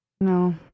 No